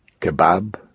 kebab